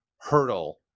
hurdle